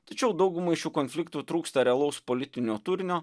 tačiau daugumai šių konfliktų trūksta realaus politinio turinio